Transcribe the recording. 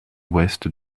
ouest